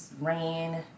Rain